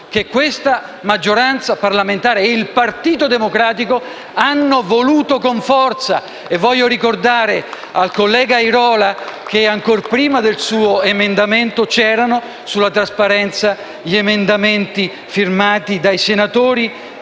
che questa maggioranza parlamentare e il Partito Democratico hanno voluto con forza. *(Applausi dal Gruppo PD)*. Voglio ricordare al collega Airola che, ancora prima del suo emendamento, c'erano sulla trasparenza gli emendamenti firmati dai senatori